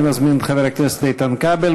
אני מזמין את חבר הכנסת איתן כבל.